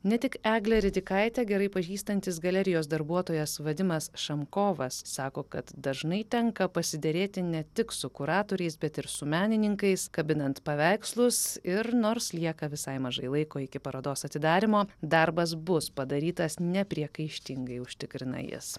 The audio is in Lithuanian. ne tik eglę ridikaitę gerai pažįstantis galerijos darbuotojas vadimas šankovas sako kad dažnai tenka pasiderėti ne tik su kuratoriais bet ir su menininkais kabinant paveikslus ir nors lieka visai mažai laiko iki parodos atidarymo darbas bus padarytas nepriekaištingai užtikrina jis